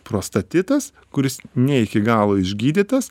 prostatitas kuris ne iki galo išgydytas